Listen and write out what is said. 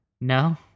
No